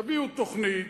תביאו תוכנית,